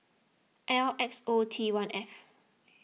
L X O T one F